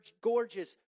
gorgeous